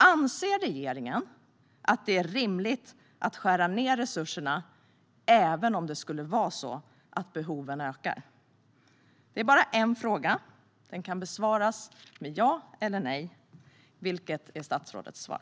Anser regeringen att det är rimligt att skära ned resurserna, även om det skulle vara så att behoven ökar? Detta är bara en fråga, och den kan besvaras med ja eller nej. Vilket är statsrådets svar?